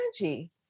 energy